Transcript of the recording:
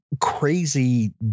crazy